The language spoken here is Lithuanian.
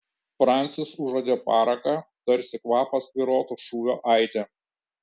francis užuodė paraką tarsi kvapas tvyrotų šūvio aide